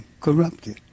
corrupted